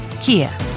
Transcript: Kia